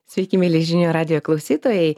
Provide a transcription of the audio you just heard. sveiki mieli žinių radijo klausytojai